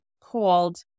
called